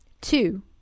two